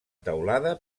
teulada